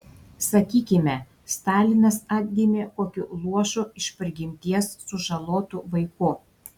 sakykime stalinas atgimė kokiu luošu iš prigimties sužalotu vaiku